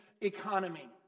economy